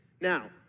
Now